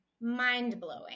mind-blowing